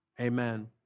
amen